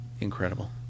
incredible